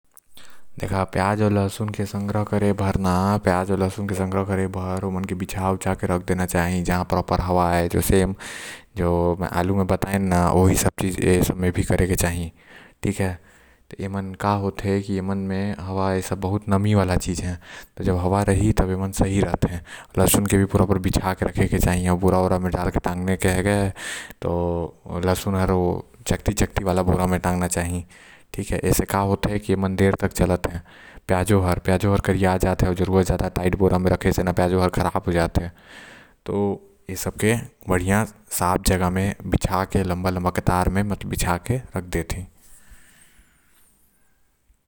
प्याज आऊ लहसुन के संग्रह करे बर ओमन के बिछा के रख देना चाही सही तरीका से आऊ अच्छा तरीका से ऑक्सीजन आए जेन से ओमा बीमारी न लगें। आऊ जैसन आलू ला संग्रह करतो वैसने एला भी।